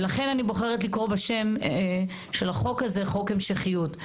ולכן אני בוחרת לקרוא בשם של החוק הזה חוק המשכיות.